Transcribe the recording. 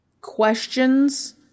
questions